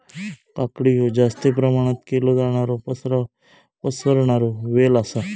काकडी हयो जास्ती प्रमाणात केलो जाणारो पसरणारो वेल आसा